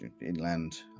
inland